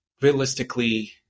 realistically